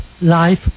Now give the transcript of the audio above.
life